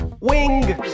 Wing